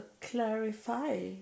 clarify